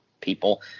people